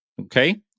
Okay